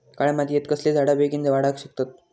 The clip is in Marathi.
काळ्या मातयेत कसले झाडा बेगीन वाडाक शकतत?